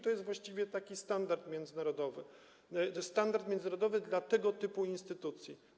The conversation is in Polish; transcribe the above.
To jest właściwie standard międzynarodowy - standard międzynarodowy dla tego typu instytucji.